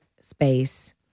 space